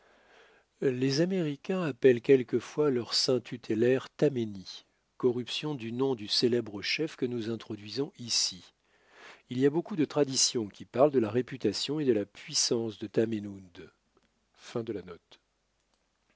les américains appellent quelquefois leur saint tutélaire tameny corruption du nom du célèbre chef que nous introduisons ici il y a beaucoup de traditions qui parlent de la réputation et de la puissance de